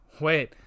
Wait